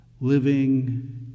living